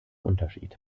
unterschied